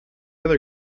other